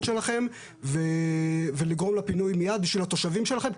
שלכם ולגרום לפינוי מידי בשביל התושבים שלכם,